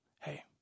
hey